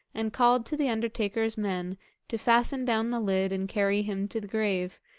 and called to the undertaker's men to fasten down the lid and carry him to the grave,